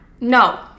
no